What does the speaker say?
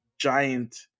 giant